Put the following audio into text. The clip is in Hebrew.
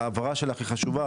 ההבהרה שלך היא חשובה,